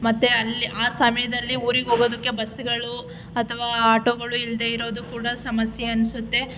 ಮತ್ತೆ ಅಲ್ಲಿ ಆ ಸಮಯದಲ್ಲಿ ಊರಿಗೆ ಹೋಗೋದಕ್ಕೆ ಬಸ್ಸುಗಳು ಅಥವಾ ಆಟೋಗಳು ಇಲ್ಲದೇ ಇರೋದು ಕೂಡ ಸಮಸ್ಯೆ ಅನ್ಸುತ್ತೆ